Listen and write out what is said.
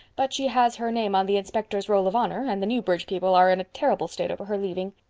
but she has her name on the inspector's roll of honor and the newbridge people are in a terrible state over her leaving.